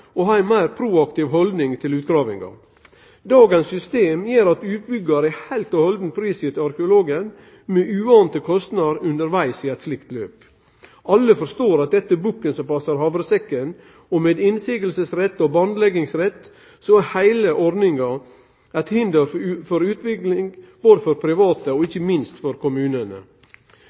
og ha ei meir proaktiv haldning til utgravingar. Dagens system gjer at utbyggjaren er fullstendig prisgitt arkeologen, med uventa kostnader undervegs, i eit slikt løp. Alle forstår at dette er bukken som passar havresekken, og med innvendingsrett og bandleggingsrett er heile ordninga eit hinder for utvikling for private og ikkje minst for kommunane.